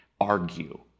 argue